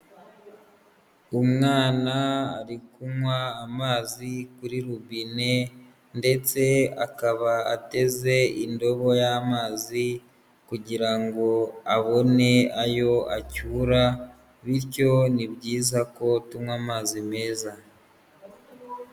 Umwana ari kunywa amazi kuri rubine ndetse akaba ateze indobo y'amazi kugira ngo abone ayo acyura bityo ni byiza ko tunywa amazi meza.